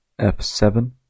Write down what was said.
f7